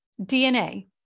DNA